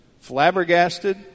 flabbergasted